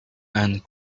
and